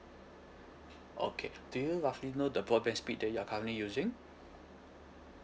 okay do you roughly know the broadband speed that you are currently using